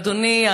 אדוני,